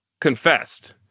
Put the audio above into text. confessed